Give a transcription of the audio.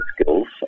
skills